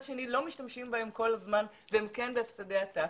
שני לא משתמשים בהם כל הזמן והם כן בהפסדי עתק,